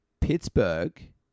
Pittsburgh